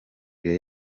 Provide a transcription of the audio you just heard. the